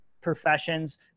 professions